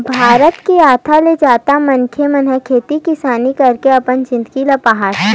भारत के आधा ले जादा मनखे मन ह खेती किसानी करके अपन जिनगी ल पहाथे